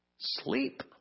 Sleep